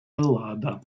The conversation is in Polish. lada